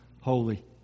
holy